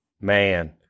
man